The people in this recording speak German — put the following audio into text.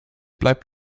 bleibt